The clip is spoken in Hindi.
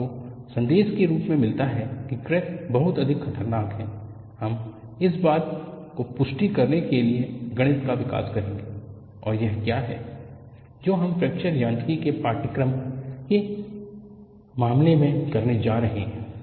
आपको संदेश के रूप में मिलता है कि क्रैक बहुत अधिक खतरनाक है हम इस बात को पुष्टी करने के लिए गणित का विकास करेंगे और यह क्या है जो हम फ्रैक्चर यांत्रिकी के पाठ्यक्रम के मामले में करने जा रहे हैं